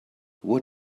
what